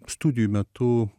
studijų metu